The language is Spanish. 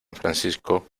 francisco